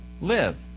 live